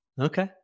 Okay